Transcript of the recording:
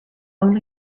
only